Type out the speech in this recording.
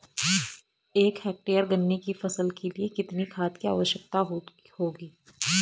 एक हेक्टेयर गन्ने की फसल के लिए कितनी खाद की आवश्यकता होगी?